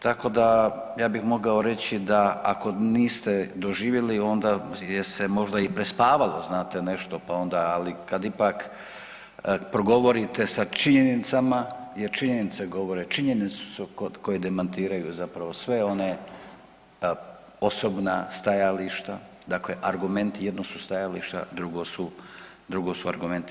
Tako da ja bih mogao reći da ako niste doživjeli onda je se možda i prespavalo znate nešto pa onda ali kad ipak progovorite sa činjenicama jer činjenice govore, činjenice su koje demantiraju zapravo sve one osobna stajališta, dakle argumenti, jedno su stajališta, a drugo su argumenti.